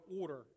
order